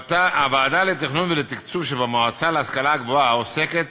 הוועדה לתכנון ולתקצוב שבמועצה להשכלה גבוהה עוסקת